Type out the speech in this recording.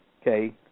Okay